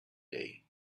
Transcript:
day